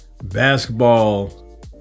Basketball